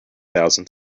thousand